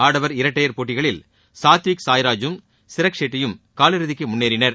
ஆடவர் இரட்டையர் போட்டிகளில் சாத்விக் சாய்ராஜூம் சிரக் ஷெட்டியும் காலிறுதிக்கு முன்னேறினர்